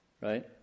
Right